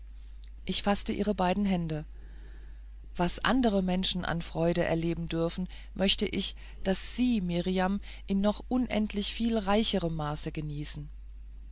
ich faßte ihre beiden hände was andere menschen an freude erleben dürfen möchte ich daß sie mirjam in noch unendlich viel reicherem maße genießen